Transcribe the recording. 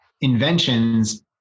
inventions